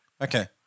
Okay